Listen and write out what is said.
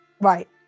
right